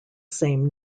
same